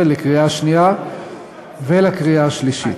2015, לקריאה שנייה ולקריאה שלישית.